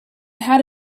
had